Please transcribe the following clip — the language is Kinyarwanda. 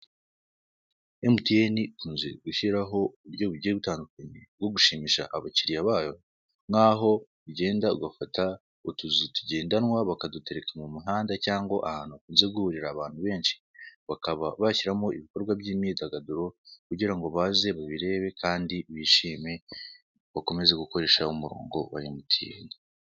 MTN ikunze gushyiraho uburyo bugiye butandukanye bwo gushimisha abakiriya bayo, nkaho ugenda ugafata utuzu tugendanwa bakadutereka mu muhanda cyangwa ahantu hakunze guhurira abantu benshi, bakaba bashyiramo ibikorwa by'imyidaduro kugira ngo baze babirebe kandi bishime bakomeze gukoresha umurongo wa MTN.